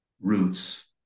roots